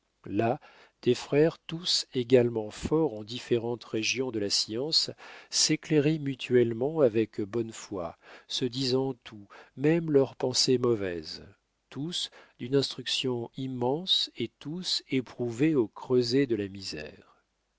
là des frères tous également forts en différentes régions de la science s'éclairaient mutuellement avec bonne foi se disant tout même leurs pensées mauvaises tous d'une instruction immense et tous éprouvés au creuset de la misère